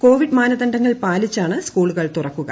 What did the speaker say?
Covid മാനദണ്ഡങ്ങൾ പാലിച്ചാണ് സ്കൂളുകൾ തുറക്കുക